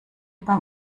beim